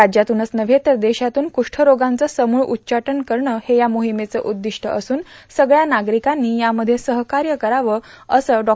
राज्यातूनच नव्हे तर देशातून कुष्ठरोगाचं समूळ उच्चाटन करणं हे या मोहिमेचं उद्दिष्ट असून सगळ्या नागरिकांनी यामध्ये सहकार्य करावं असं डॉ